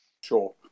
sure